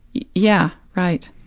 yeah. right.